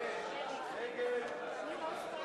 התשע"ב 2011,